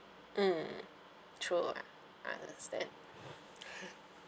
mm true understand